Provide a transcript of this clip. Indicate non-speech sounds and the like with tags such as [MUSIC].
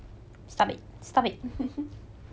[LAUGHS]